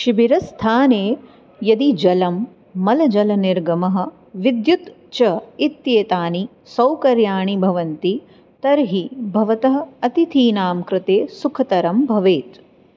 शिबिरस्थाने यदि जलं मलजलनिर्गमः विद्युत् च इत्येतानि सौकर्याणि भवन्ति तर्हि भवतः अतिथीनां कृते सुखतरं भवेत्